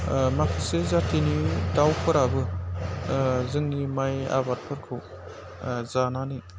माखासे जाथिनि दाउफोराबो जोंनि माइ आबादफोरखौ जानानै